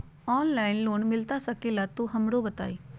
Online loan मिलता सके ला तो हमरो बताई?